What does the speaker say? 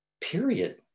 period